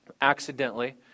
accidentally